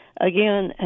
Again